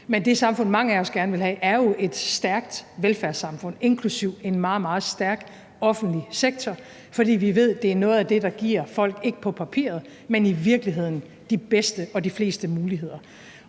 Men det samfund, mange af os gerne vil have, er jo et stærkt velfærdssamfund, inklusive en meget, meget stærk offentlig sektor, fordi vi ved, at det er noget af det, der giver folk, ikke på papiret, men i virkeligheden de bedste og de fleste muligheder.